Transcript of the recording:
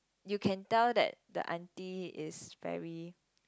you can tell that the auntie is very